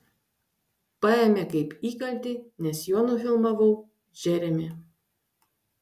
paėmė kaip įkaltį nes juo nufilmavau džeremį